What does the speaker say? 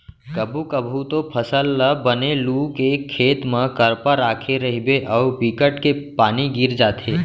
कभू कभू तो फसल ल बने लू के खेत म करपा राखे रहिबे अउ बिकट के पानी गिर जाथे